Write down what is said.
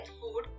food